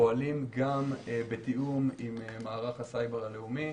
אנחנו פועלים גם בתיאום עם מערך הסייבר הלאומי,